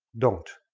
don't.